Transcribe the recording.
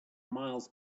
miles